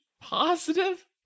positive